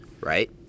right